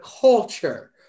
culture